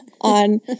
on